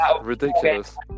ridiculous